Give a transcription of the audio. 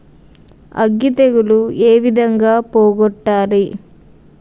అగ్గి తెగులు ఏ విధంగా పోగొట్టాలి?